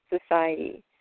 society